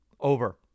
over